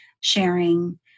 sharing